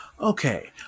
Okay